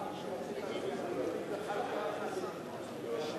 הצעה לסיכום הדיון בנושא: מקרי האפליה